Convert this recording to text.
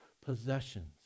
possessions